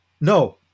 No